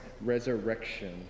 resurrection